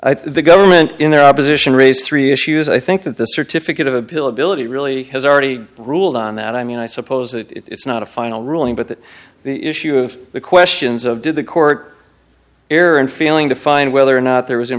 think the government in their opposition raise three issues i think that the certificate of appeal ability really has already ruled on that i mean i suppose that it's not a final ruling but that the issue of the questions of did the court error and feeling to find whether or not there was i